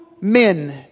men